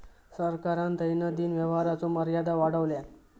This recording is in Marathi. सरकारान दैनंदिन व्यवहाराचो मर्यादा वाढवल्यान